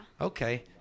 Okay